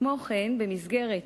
כמו כן, במסגרת